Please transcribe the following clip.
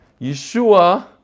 Yeshua